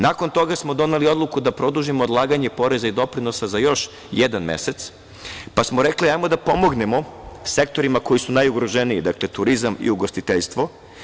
Nakon toga smo doneli odluku da produžimo odlaganje poreza i doprinosa za još jedan mesec, pa smo rekli – hajde da pomognemo sektorima koji su najugroženiji, dakle, turizam i ugostiteljstvo.